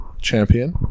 champion